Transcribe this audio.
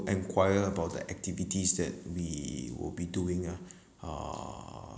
inquire about the activities that we will be doing ah uh